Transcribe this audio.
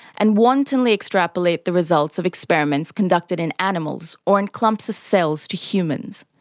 and wantonly extrapolate the results of experiments conducted in animals or in clumps of cells to humans.